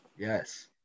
Yes